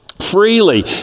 freely